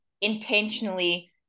intentionally